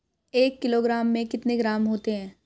एक किलोग्राम में कितने ग्राम होते हैं?